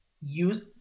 use